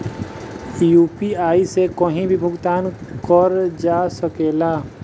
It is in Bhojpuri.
यू.पी.आई से कहीं भी भुगतान कर जा सकेला?